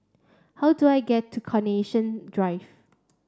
how do I get to Carnation Drive